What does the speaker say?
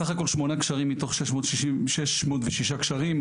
סך הכול שמונה גשרים מתוך 606 גשרים,